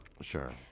Sure